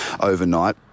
overnight